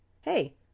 Hey